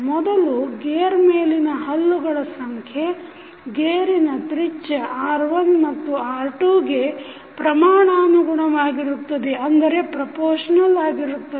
ಮೊದಲು ಗೇರ್ ಮೇಲಿನ ಹಲ್ಲುಗಳ ಸಂಖ್ಯೆ ಗೇರಿನ ತ್ರಿಜ್ಯ r1ಮತ್ತು r2ಗೆ ಪ್ರಮಾಣಾನುಗುಣವಾಗಿರುತ್ತದೆ